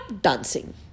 dancing